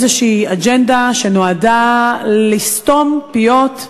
מנהל איזו אג'נדה שנועדה לסתום פיות,